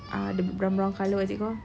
uh the brown brown colour what is it called